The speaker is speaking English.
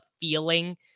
feeling